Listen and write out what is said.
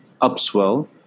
upswell